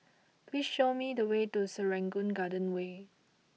please show me the way to Serangoon Garden Way